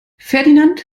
ferdinand